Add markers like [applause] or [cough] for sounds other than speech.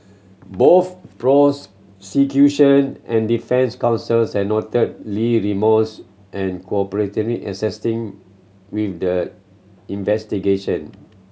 both [unintelligible] and defence counsels had noted Lee remorse and cooperativeness in assisting with the investigation